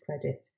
credit